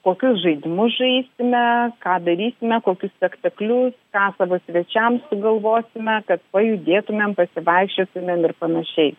kokius žaidimus žaisime ką darysime kokius spektaklius ką savo svečiams sugalvosime kad pajudėtumėm pasivaikščiotumėm ir panašiai